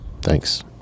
thanks